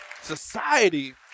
Society